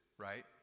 right